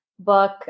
book